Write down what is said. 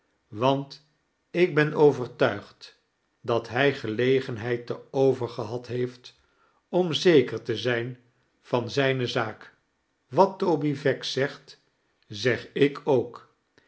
want ik ben overtuigd dat hij gelegenheid te over gebad heeft om zeker te zijn van zijne zaak wat toby veck zegt zeg ik ook